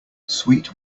sweet